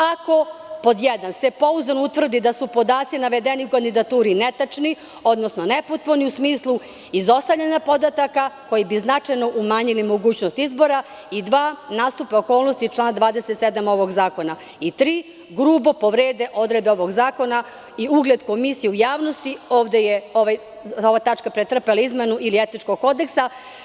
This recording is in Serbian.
Ako, pod jedan, se pouzdano utvrdi da su podaci navedeni u kandidaturi netačni, odnosno nepotpuni u smislu izostavljanja podataka koji bi značajno umanjili mogućnost izbora i dva, nastupe okolnosti iz člana 27. ovog zakona i tri, grubo povrede odredbe ovog zakona i ugled komisije u javnosti, ovde je ova tačka pretrpela izmenu ili etičkog kodeksa.